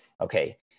okay